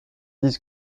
disent